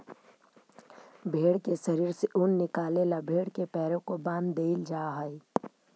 भेंड़ के शरीर से ऊन निकाले ला भेड़ के पैरों को बाँध देईल जा हई